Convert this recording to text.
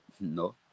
No